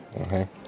Okay